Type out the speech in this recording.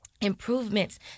improvements